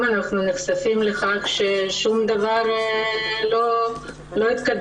אנחנו נחשפים לכך שמאז שום דבר לא התקדם.